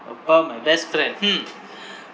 about my best friend hmm